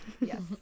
Yes